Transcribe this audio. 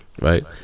right